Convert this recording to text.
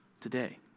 today